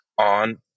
on